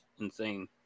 insane